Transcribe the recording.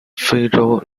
非洲